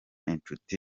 inshuti